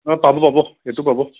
অঁ পাব পাব এইটো পাব